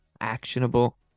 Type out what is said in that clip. actionable